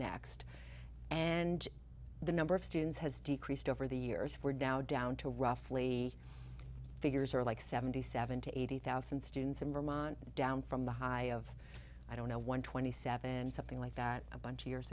next and the number of students has decreased over the years for dow down to roughly figures are like seventy seven to eighty thousand students in vermont down from the high of i don't know one twenty seven and something like that a bunch of years